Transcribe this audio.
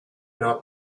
not